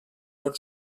bon